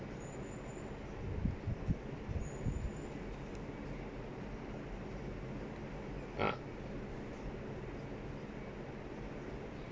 ah